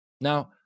Now